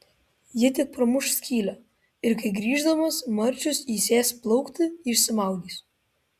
ji tik pramuš skylę ir kai grįždamas marčius įsės plaukti išsimaudys